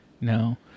no